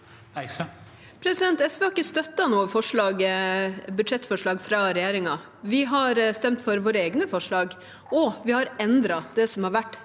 SV har ikke støttet noe budsjettforslag fra regjeringen. Vi har stemt for våre egne forslag, og vi har endret det som har vært